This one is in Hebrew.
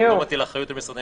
לא,